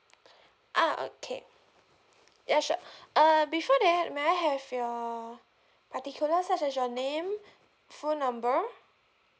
ah okay ya sure uh before that may I have your particulars such as your name phone number